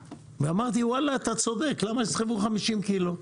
ואמרתי: וואלה, אתה צודק, למה שיסחבו 50 קילו?